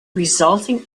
resulting